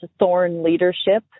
thornleadership